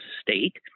state